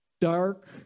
dark